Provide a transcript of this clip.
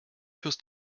fürs